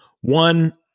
one